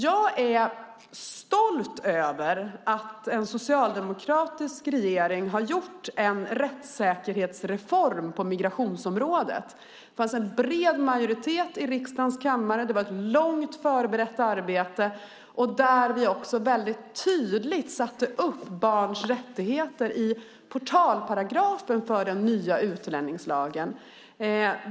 Jag är stolt över att en socialdemokratisk regering har genomfört en rättssäkerhetsreform på migrationsområdet. Det fanns en bred majoritet i riksdagens kammare för detta. Det var ett arbete som förberetts under lång tid, och vi förde väldigt tydligt in barns rättigheter i portalparagrafen för den nya utlänningslagen.